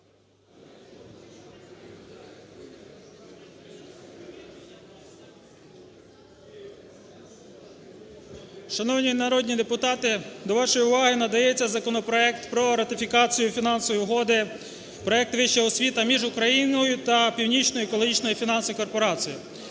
Шановні народні депутати! До вашої уваги надається законопроект про ратифікацію Фінансової угоди (Проект "Вища освіта") між Україною та Північною екологічною фінансовою корпорацією.